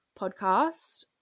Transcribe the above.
podcast